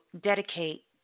dedicate